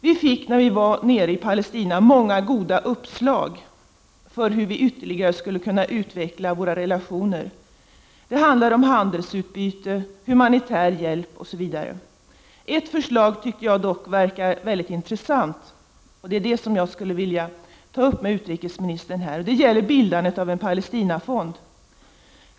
Vi fick i Palestina många goda uppslag för hur vi ytterligare skulle kunna utveckla våra relationer. Det rör sig om handelsutbyte, humanitär hjälp osv. Jag tycker att ett förslag verkar mycket intressant, och jag vill här ta upp detta med utrikesministern. Det gäller bildandet av en Palestinafond.